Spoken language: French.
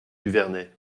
duvernet